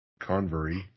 Convery